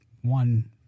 one